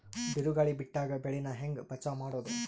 ಬಿರುಗಾಳಿ ಬಿಟ್ಟಾಗ ಬೆಳಿ ನಾ ಹೆಂಗ ಬಚಾವ್ ಮಾಡೊದು?